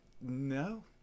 no